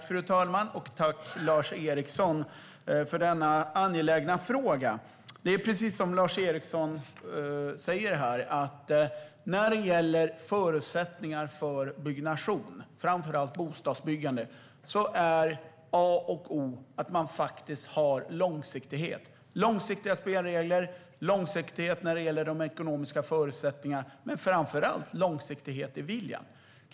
Fru talman! Jag tackar Lars Eriksson för denna angelägna fråga. Precis som Lars Eriksson säger är det A och O att man har långsiktighet när det gäller förutsättningarna för byggnation, framför allt bostadsbyggande - långsiktiga spelregler, långsiktiga ekonomiska förutsättningar och, framför allt, långsiktig vilja.